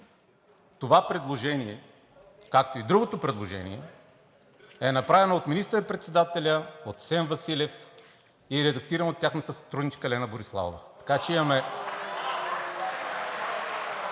това предложение, както и другото предложение, е направено от министър-председателя, от Асен Василев и е редактирано от тяхната сътрудничка Лена Бориславова,